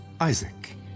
Isaac